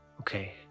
Okay